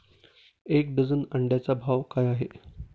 एक डझन अंड्यांचा भाव काय आहे?